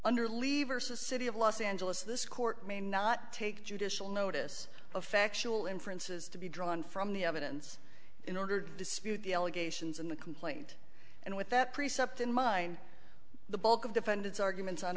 under leavers to city of los angeles this court may not take judicial notice of factual inferences to be drawn from the evidence in order to dispute the allegations in the complaint and with that precept in mind the bulk of defendants arguments on